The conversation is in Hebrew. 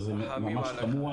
זה ממש תמוה,